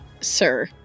Sir